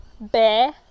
bear